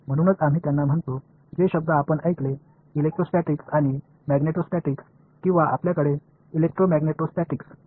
म्हणूनच आम्ही त्यांना म्हणतो जे शब्द आपण ऐकले इलेक्ट्रोस्टॅटिक्स आणि मॅग्नेटोस्टेटिक्स किंवा आपल्याकडे इलेक्ट्रोमॅग्नेटो स्टॅटिक्स नाही